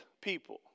people